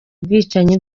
ubwicanyi